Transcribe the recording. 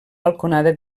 balconada